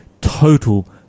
total